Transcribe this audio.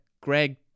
Greg